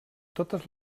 totes